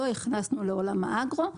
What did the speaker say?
לא הכנסנו לעולם האגרו.